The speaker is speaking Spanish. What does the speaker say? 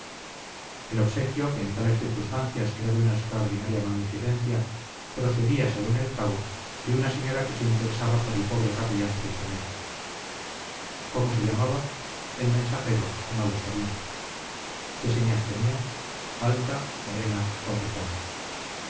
el obsequio que en tales circunstancias era de una extraordinaria magnificencia procedía según el cabo de una señora que se interesaba por el pobre capellán prisionero cómo se llamaba el mensajero no lo sabía qué señas tenía alta morena guapetona